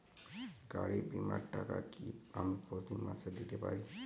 গাড়ী বীমার টাকা কি আমি প্রতি মাসে দিতে পারি?